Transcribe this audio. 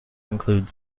include